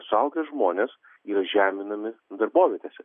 suaugę žmonės yra žeminami darbovietėse